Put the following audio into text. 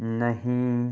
ਨਹੀਂ